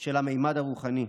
של הממד הרוחני.